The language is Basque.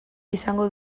izango